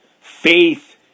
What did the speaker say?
Faith